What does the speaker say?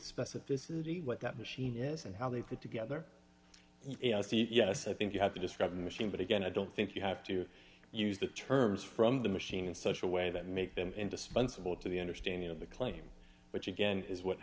specificity what that machine is and how they fit together you see it yes i think you have to describe the machine but again i don't think you have to use the terms from the machine in such a way that make them indispensable to the understanding of the claim which again is what